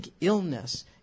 illness